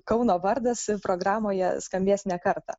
kauno vardas programoje skambės ne kartą